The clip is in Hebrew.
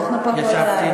ישבתי,